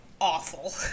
awful